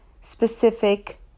specific